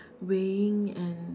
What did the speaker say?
weighing and